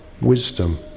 wisdom